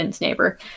neighbor